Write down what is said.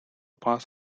pass